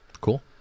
Cool